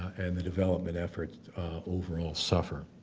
and the development efforts overall suffer.